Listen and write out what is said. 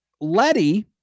Letty